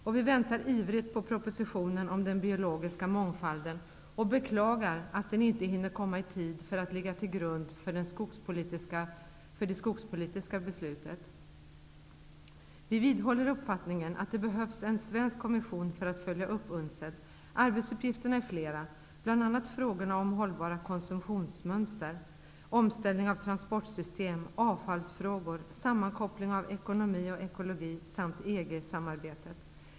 Och vi väntar ivrigt på propositionen om den biologiska mångfalden och beklagar att den inte hinner komma i tid för att ligga till grund för det skogspolitiska beslutet. Vi vidhåller uppfattningen att det behövs en svensk kommission för att följa upp UNCED. Arbetsuppgifterna är flera, bl.a. frågorna om hållbara konsumtionsmönster, omställning av transportsystem, avfallsfrågor, sammankoppling av ekonomi och ekologi samt EG-samarbetet.